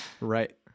Right